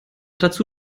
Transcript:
dazu